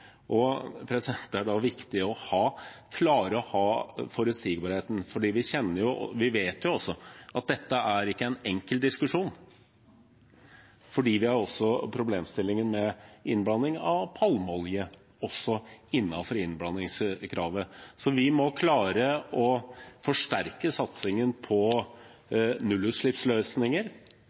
Det er da viktig å klare å ha forutsigbarhet. Vi vet jo at dette ikke er en enkel diskusjon, for vi har også problemstillingen med innblanding av palmeolje innenfor innblandingskravet. Vi må klare å forsterke satsingen på nullutslippsløsninger